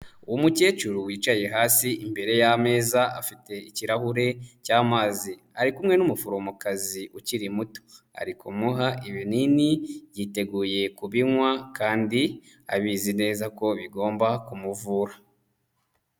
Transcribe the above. Umukecuru wicaye hasi imbere y'ameza afite ikirahure cy'amazi, ari kumwe n'umuforomokazi ukiri muto. Ari kumuha ibinini yiteguye kubinywa kandi abizi neza ko bigomba kumuvura.